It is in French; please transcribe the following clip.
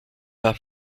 pas